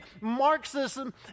Marxism